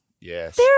Yes